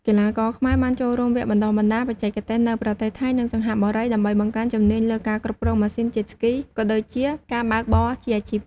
កីឡាករខ្មែរបានចូលរួមវគ្គបណ្តុះបណ្តាលបច្ចេកទេសនៅប្រទេសថៃ និងសិង្ហបុរី ដើម្បីបង្កើនជំនាញលើការគ្រប់គ្រងម៉ាស៊ីន Jet Ski ក៏ដូចជាការបើកបរជាអាជីព។